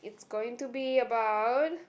it's going to be about